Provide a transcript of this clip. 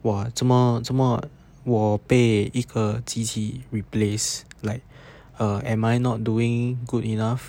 !wah! 做么做么我被一个机器 replace like uh am I not doing good enough